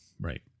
right